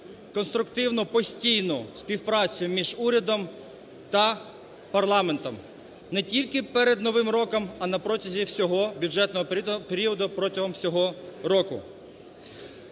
конструктивно постійну співпрацю між урядом та парламентом не тільки перед новим роком, а на протязі всього бюджетного періоду, протягом всього року.